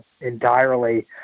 entirely